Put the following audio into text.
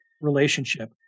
relationship